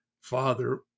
father